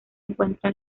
encuentra